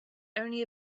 only